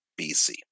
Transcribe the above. BC